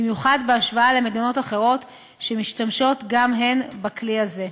במיוחד בהשוואה למדינות אחרות שמשתמשות גם הן בכלי הזה.